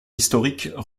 historiques